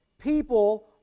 people